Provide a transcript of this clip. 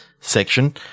section